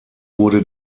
wurde